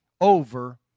over